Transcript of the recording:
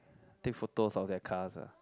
take photos of that cars ah